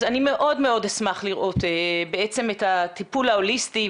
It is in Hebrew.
אז אני מאוד מאוד אשמח לראות בעצם את הטיפול ההוליסטי,